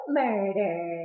murder